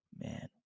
Man